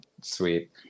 Sweet